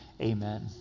Amen